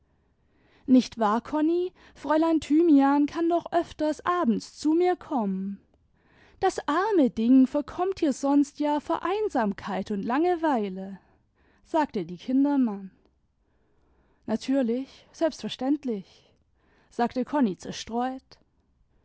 nicht wahr konni fräulein thymian kann doch öfters abends zu mir kommen das arme ding verkommt hier sonst ja vor einsamkeit und langeweile sagte die kindermann natürlich selbstverständlich sagte konni zerstreut